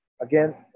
Again